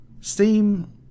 steam